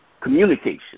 communication